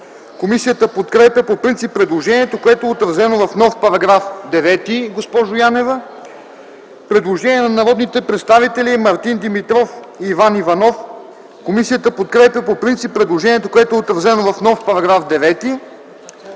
Комисията подкрепя по принцип предложението, което е отразено в нов § 9, госпожо Янева. Следва предложение на народните представители Мартин Димитров и Иван Иванов. Комисията подкрепя по принцип предложението, което е отразено в нов § 9. Предложение